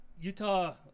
Utah